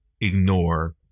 ignore